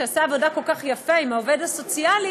שעשה עבודה כל כך יפה עם העובד הסוציאלי,